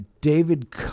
David